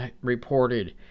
reported